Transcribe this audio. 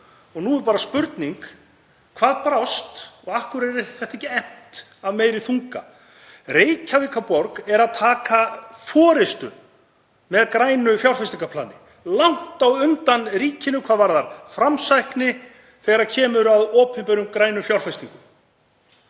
Nú er bara spurning hvað brást og af hverju þetta er ekki efnt af meiri þunga. Reykjavíkurborg er að taka forystu með grænu fjárfestingarplani, langt á undan ríkinu hvað varðar framsækni í opinberum grænum fjárfestingum.